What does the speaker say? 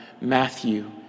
Matthew